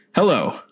Hello